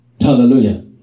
Hallelujah